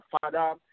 father